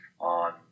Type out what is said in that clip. on